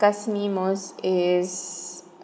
disgust me most is